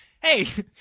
hey